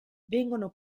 vengono